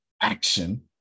action